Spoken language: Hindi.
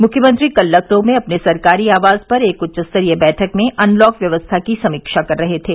मुख्यमंत्री कल लखनऊ में अपने सरकारी आवास पर एक उच्चस्तरीय बैठक में अनलॉक व्यवस्था की समीक्षा कर रहे थे